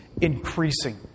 increasing